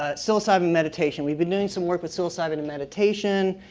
ah psilocybin meditation. we've been doing some work with psilocybin and meditation.